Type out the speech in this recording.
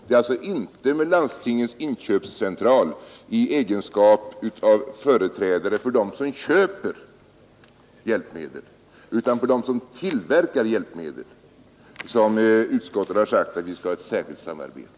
Det är alltså inte med LIC i dess egenskap av företrädare för dem som köper hjälpmedel utan med LIC som företrädare för dem som tillverkar hjälpmedel som utskottet rekommenderar att utrustningsnämnden skall ha ett särskilt samarbete.